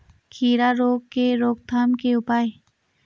खीरा रोग के रोकथाम के उपाय?